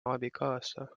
abikaasa